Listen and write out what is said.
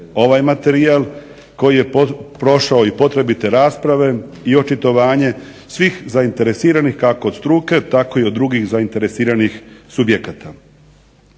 ovaj materijal koji je prošao i potrebite rasprave i očitovanje svih zainteresiranih kako od struke tako i od drugih zainteresiranih subjekata.